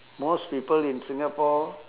most people in singapore